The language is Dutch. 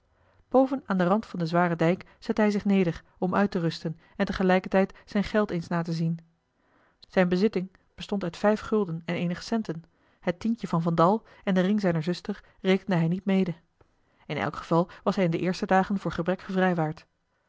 boven aan den rand van den zwaren dijk zette hij zich neder om uit te rusten en tegelijkertijd zijn geld eens na te zien zijne bezitting bestond uit vijf gulden en eenige centen het tientje van van dal en den ring zijner zuster rekende hij niet mede in elk geval was hij in de eerste dagen voor gebrek gevrijwaard